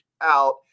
out